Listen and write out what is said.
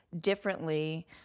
differently